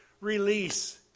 release